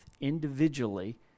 individually